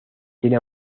tiene